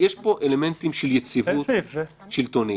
יש פה אלמנטים של יציבות שלטונית.